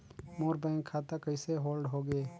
मोर bank खाता कइसे hold होगे?